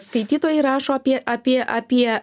skaitytojai rašo apie apie apie